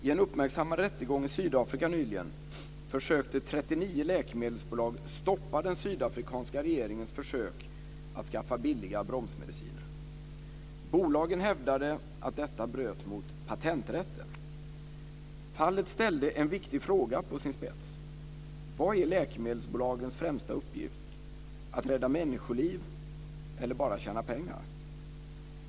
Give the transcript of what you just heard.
I en uppmärksammad rättegång i Sydafrika nyligen försökte 39 läkemedelsbolag stoppa den sydafrikanska regeringens försök att skaffa billiga bromsmediciner. Bolagen hävdade att detta bröt mot patenträtten. Fallet ställde en viktig fråga på sin spets - vad är läkemedelsbolagens främsta uppgift; att rädda människoliv eller bara tjäna pengar?